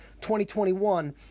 2021